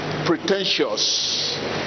pretentious